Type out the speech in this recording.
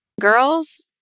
girl's